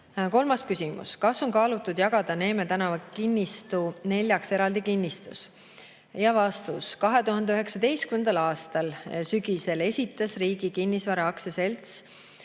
Kolmas küsimus: "Kas on kaalutud jagada Neeme tn 50 kinnistu neljaks eraldi kinnistuks?" Vastus. 2019. aasta sügisel esitas Riigi Kinnisvara Aktsiaselts